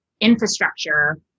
infrastructure